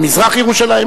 במזרח-ירושלים?